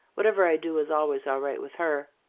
whatever i do is always all right with her.